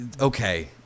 okay